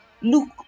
look